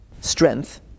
strength